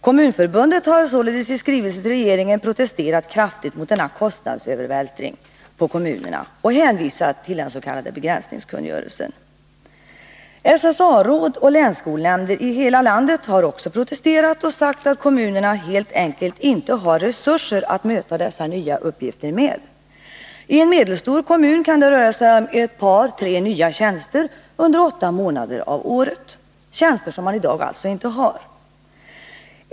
Kommunförbundet har således i skrivelse till regeringen protesterat kraftigt mot denna kostnadsövervältring på kommunerna och hänvisat till den s.k. begränsningskungörelsen. SSA-råd och länsskolnämnder i hela landet har också protesterat och sagt att kommunerna helt enkelt inte har resurser att möta dessa nya uppgifter med. I en medelstor kommun kan det röra sig om ett par tre nya tjänster under åtta månader av året — tjänster som man alltså i dag inte har.